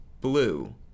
blue